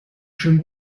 schönen